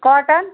cotton